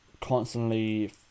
constantly